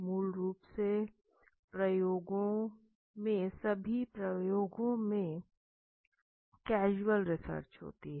मूल रूप से प्रयोगों सभी प्रयोगों में कैज़ुअल रिसर्च होती है